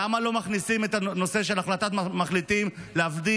למה לא מכניסים את הנושא של החלטת מחליטים להביא